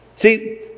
See